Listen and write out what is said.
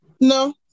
no